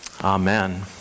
Amen